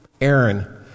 Aaron